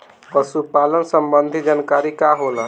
पशु पालन संबंधी जानकारी का होला?